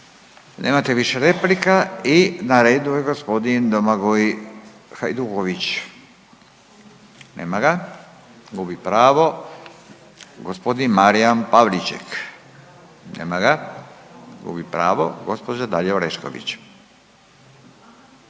Nemate više replika i na redu je g. Domagoj Hajduković, nema ga. Gubi pravo. G. Marijan Pavliček. Nema ga. Gubi pravo. Gđa. Dalija Orešković.